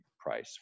price